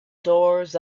doors